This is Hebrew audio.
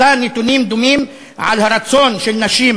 מצא נתונים דומים על הרצון של נשים